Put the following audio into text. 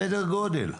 סדר גודל?